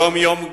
יום-יום,